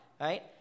right